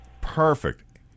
Perfect